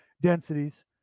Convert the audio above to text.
densities